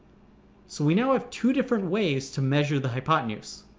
so, we now have two different ways to measure the hypotenuse.